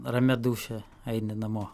ramia dūšia aini namo